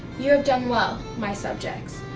you have done well, my subjects,